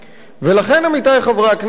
לכן עמיתי חברי הכנסת,